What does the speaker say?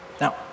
Now